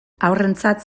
haurrentzat